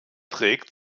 trägt